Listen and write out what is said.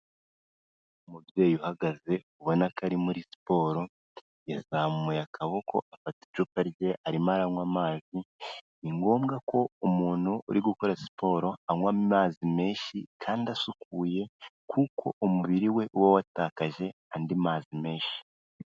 Umubyeyi uhagaze ubona ko ari muri siporo yazamuye akaboko afata icupa rye arimo aranywa amazi, ni ngombwa ko umuntu uri gukora siporo anywa amazi menshi kandi asukuye kuko umubiri we uba watakaje andi mazi menshi.